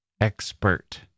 expert